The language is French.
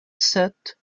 sept